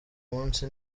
munsi